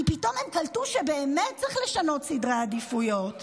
כי פתאום הם קלטו שבאמת צריך לשנות סדרי עדיפויות.